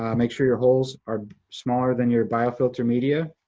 um make sure your holes are smaller than your biofilter media,